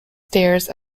stairs